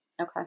Okay